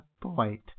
point